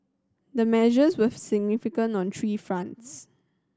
the measures were significant on three fronts